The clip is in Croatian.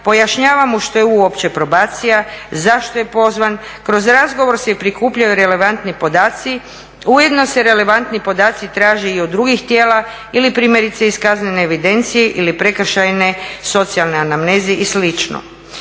pojašnjava mu što je uopće probacija, zašto je pozvan. Kroz razgovor se prikupljaju relevantni podaci. Ujedno se relevantni podaci traže i od drugih tijela ili primjerice iz kaznene evidencije ili prekršajne socijalne anamneze i